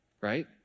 right